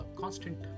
constant